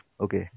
okay